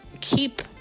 keep